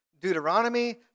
Deuteronomy